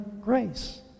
grace